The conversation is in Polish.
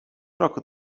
roku